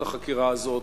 את החקירה הזאת.